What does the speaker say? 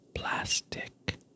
plastic